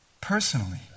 personally